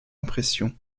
impression